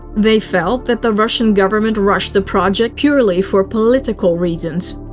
they felt that the russian government rushed the project purely for political reasons.